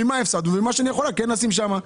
ממה הפסדנו ומה שאני יכולה כן לשים שם.